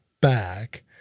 back